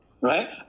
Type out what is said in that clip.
right